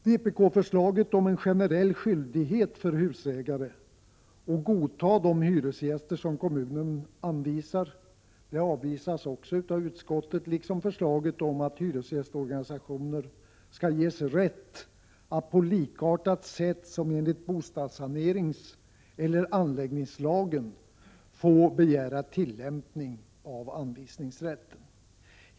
Vpk-förslaget om en generell skyldighet för husägare att godta de hyresgäster som kommunen anvisar avvisas också av utskottet, liksom förslaget om att hyresgästorganisationer skall ges rätt att på likartat sätt som enligt bostadssaneringseller anläggningslagen begära tillämpning av anvisningsrätten.